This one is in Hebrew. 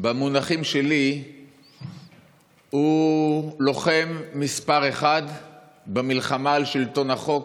במונחים שלי הוא לוחם מספר אחת במלחמה על שלטון החוק,